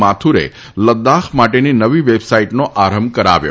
માથુરે લદ્દાખ માટેની નવી વેબસાઈટનો આરંભ કરાવ્યો